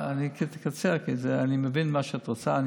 אני אקצר, כי אני מבין מה שאת רוצה.